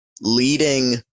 leading